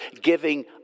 giving